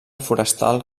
forestal